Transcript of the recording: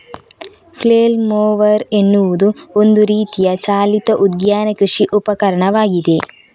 flail mower ಎನ್ನುವುದು ಒಂದು ರೀತಿಯ ಚಾಲಿತ ಉದ್ಯಾನ ಕೃಷಿ ಉಪಕರಣವಾಗಿದೆ